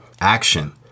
action